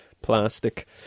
plastic